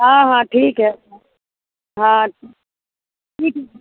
हाँ हाँ ठीक है हाँ ठी ठीक